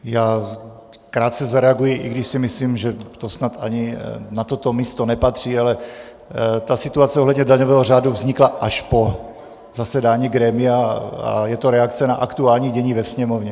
Já krátce zareaguji, i když si myslím, že to snad ani na toto místo nepatří, ale ta situace ohledně daňového řádu vznikla až po zasedání grémia a je to reakce na aktuální dění ve Sněmovně.